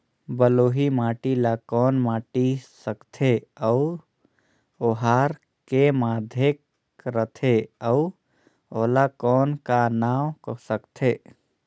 बलुही माटी ला कौन माटी सकथे अउ ओहार के माधेक राथे अउ ओला कौन का नाव सकथे?